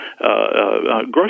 grocery